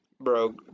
bro